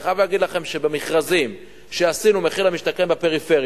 אני חייב להגיד לכם שבמכרזים שעשינו בהם מחיר למשתכן בפריפריה,